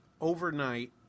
overnight